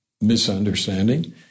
misunderstanding